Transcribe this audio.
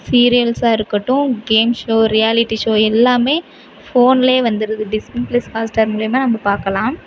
சீரியல்ஸாக இருக்கட்டும் game show reality show எல்லாமே ஃபோனிலே வந்துடுது டிஸ்னி பிளஸ் ஹாட் ஸ்டார் மூலயமா நம்ம பார்க்கலாம்